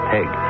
Peg